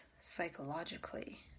psychologically